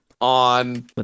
on